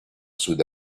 sud